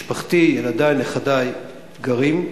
משפחתי, ילדי, נכדי גרים,